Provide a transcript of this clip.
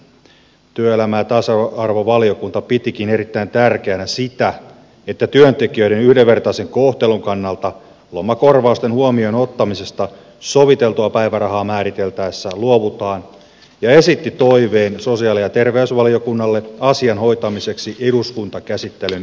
työelämä ja tasa arvovaliokunta pitikin erittäin tärkeänä sitä että työntekijöiden yhdenvertaisen kohtelun kannalta lomakorvausten huomioon ottamisesta soviteltua päivärahaa määriteltäessä luovutaan ja esitti toiveen sosiaali ja terveysvaliokunnalle asian hoitamiseksi eduskuntakäsittelyn yhteydessä